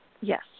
Yes